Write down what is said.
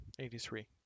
83